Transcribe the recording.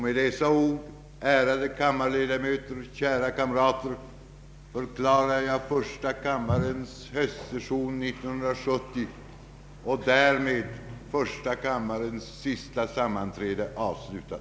Med dessa ord, ärade kammarledamöter, kära kamrater, förklarar jag första kammarens höstsession 1970 och därmed första kammarens sista sammanträde avslutat.